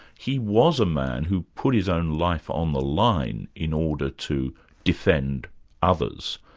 he was a man who put his own life on the line in order to defend others.